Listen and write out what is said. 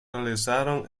realizaron